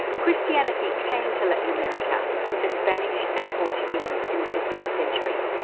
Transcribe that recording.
christianity came to latin america with the spanish and the portuguese in the fifteenth century,